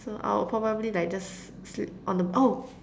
so I'll probably like just sleep on the oh